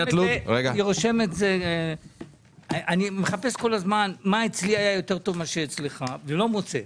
אני מחפש כל הזמן מה אצלי היה יותר טוב מאשר אצלך ולא מוצא.